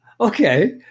Okay